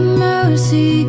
mercy